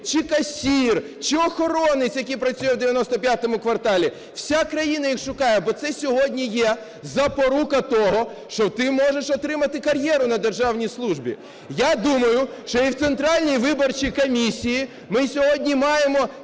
чи касир, чи охоронець, який працює в "95 кварталі" – вся країна їх шукає. Бо це сьогодні є запорука того, що ти можеш отримати кар'єру на державній службі. Я думаю, що і в Центральній виборчій комісії ми сьогодні маємо,